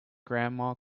grandma